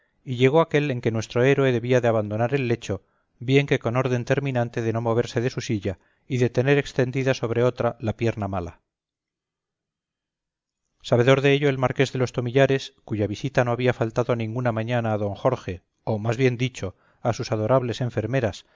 y llegó aquel en que nuestro héroe debía de abandonar el lecho bien que con orden terminante de no moverse de una silla y de tener extendida sobre otra la pierna mala sabedor de ello el marqués de los tomillares cuya visita no había faltado ninguna mañana a d jorge o más bien dicho a sus adorables enfermeras